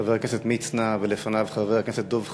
חבר הכנסת מצנע, ולפניו חבר הכנסת דב חנין,